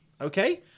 Okay